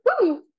Woo